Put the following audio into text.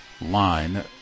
line